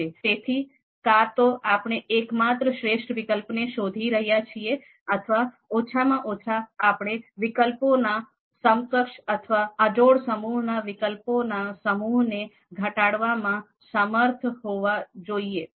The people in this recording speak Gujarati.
તેથી કાં તો આપણે એક માત્ર શ્રેષ્ઠ વિકલ્પ ને શોધી રહ્યા છીએ અથવા ઓછામાં ઓછા આપણે વિકલ્પોના સમકક્ષ અથવા અજોડ સમૂહના વિકલ્પોના સમૂહને ઘટાડવામાં સમર્થ હોવા જોઈએ